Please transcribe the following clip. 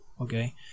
okay